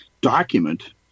document